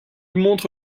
montre